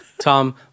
Tom